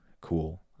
cool